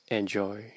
enjoy